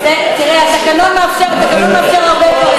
תראה, התקנון מאפשר הרבה דברים.